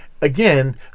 again